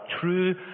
true